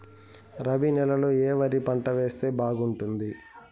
రబి నెలలో ఏ వరి పంట వేస్తే బాగుంటుంది